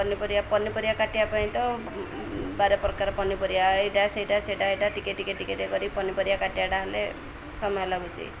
ପନିପରିବା ପନିପରିବା କାଟିବା ପାଇଁ ତ ବାର ପ୍ରକାର ପନିପରିବା ଏଇଟା ସେଇଟା ସେଇଟା ଏଇଟା ଟିକେ ଟିକେ ଟିକେ କରି ପନିପରିବା କାଟିିବାଟା ହେଲେ ସମୟ ଲାଗୁଛି